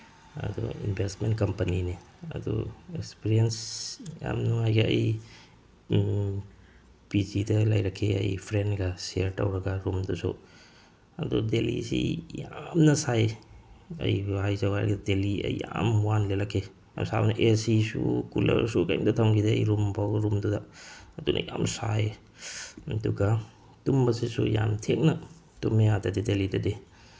ꯑꯗꯨ ꯏꯟꯚꯦꯁꯃꯦꯟ ꯀꯝꯄꯅꯤꯅꯤ ꯑꯗꯨ ꯑꯦꯛꯁꯄꯔꯤꯌꯦꯟꯁ ꯌꯥꯝ ꯅꯨꯡꯉꯥꯏꯈꯤ ꯑꯩ ꯄꯤ ꯖꯤꯗ ꯂꯩꯔꯛꯈꯤ ꯑꯩ ꯐ꯭ꯔꯦꯟꯒ ꯁꯤꯌꯥꯔ ꯇꯧꯔꯒ ꯔꯨꯝꯗꯨꯁꯨ ꯑꯗꯨ ꯗꯦꯜꯂꯤꯁꯤ ꯌꯥꯝꯅ ꯁꯥꯏ ꯑꯩꯕꯨ ꯍꯥꯏꯖꯧ ꯍꯥꯏꯔꯒ ꯗꯦꯜꯂꯤ ꯑꯩ ꯌꯥꯝ ꯋꯥꯅ ꯂꯦꯜꯂꯛꯈꯤ ꯌꯥꯝ ꯁꯥꯕꯅ ꯑꯦ ꯁꯤꯁꯨ ꯀꯨꯂꯔꯁꯨ ꯀꯔꯤꯝꯇ ꯊꯝꯈꯤꯗꯦ ꯑꯩ ꯔꯨꯝꯐꯥꯎ ꯔꯨꯝꯗꯨꯗ ꯑꯗꯨꯅ ꯌꯥꯝ ꯁꯥꯏ ꯑꯗꯨꯒ ꯇꯨꯝꯕꯁꯤꯁꯨ ꯌꯥꯝ ꯊꯦꯡꯅ ꯇꯨꯝꯃꯤ ꯑꯥꯗꯗꯤ ꯗꯦꯜꯂꯤꯗꯗꯤ